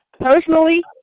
Personally